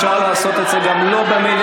אפשר לעשות את זה גם לא במליאה.